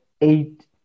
eight